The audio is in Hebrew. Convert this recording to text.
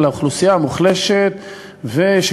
זאת אומרת,